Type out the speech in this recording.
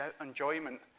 enjoyment